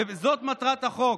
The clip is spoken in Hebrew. זאת מטרת החוק.